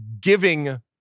giving